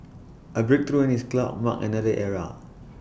A breakthrough in this cloud mark another era